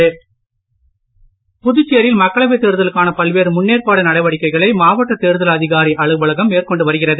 ஆட்சியர் புதுச்சேரியில் மக்களவைத் தேர்தலுக்கான பல்வேறு முன்னேற்பாடு நடவடிக்கைகளை மாவட்ட தேர்தல் அதிகாரி அலுவலகம் மேற்கொண்டு வருகிறது